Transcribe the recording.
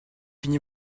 fini